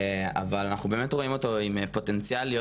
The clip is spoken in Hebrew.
אבל אנחנו באמת רואים אותו עם פוטנציאל להיות